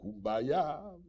kumbaya